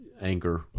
anger